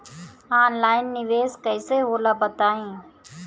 Online निवेस कइसे होला बताईं?